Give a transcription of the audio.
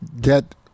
get